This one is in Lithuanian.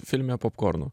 filme popkornų